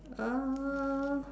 uh